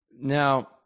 Now